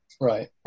Right